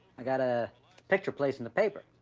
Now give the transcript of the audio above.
i got a picture placed in the paper.